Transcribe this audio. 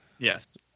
Yes